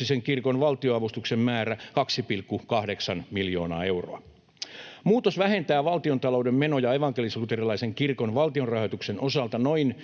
ja ortodoksisen kirkon valtionavustuksen määrä 2,8 miljoonaa euroa. Muutos vähentää valtiontalouden menoja evankelis-luterilaisen kirkon valtionrahoituksen osalta noin